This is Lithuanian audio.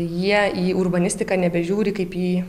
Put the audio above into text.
jie į urbanistiką nebežiūri kaip į